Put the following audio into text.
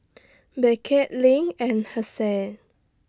Beckett LINK and Hassie